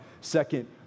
second